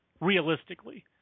realistically